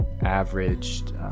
averaged